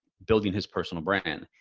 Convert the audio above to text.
building his personal brand.